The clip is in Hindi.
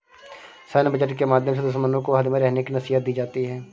सैन्य बजट के माध्यम से दुश्मनों को हद में रहने की नसीहत दी जाती है